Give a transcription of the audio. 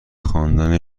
خواندن